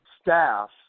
staff